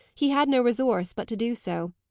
he had no resource but to do so.